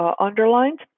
underlined